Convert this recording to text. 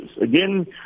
Again